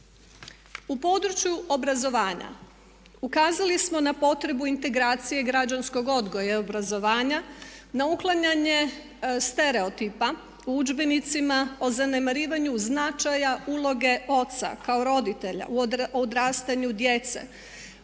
U području obrazovanja ukazali smo na potrebu integracije građanskog odgoja i obrazovanja na uklanjanje stereotipa u udžbenicima o zanemarivanju značaja uloge oca kao roditelja u odrastanju djece,